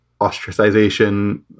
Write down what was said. ostracization